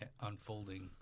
unfolding